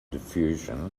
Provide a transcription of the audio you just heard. diffusion